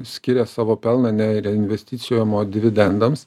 skiria savo pelną ne reinvesticijom o dividendams